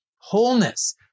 wholeness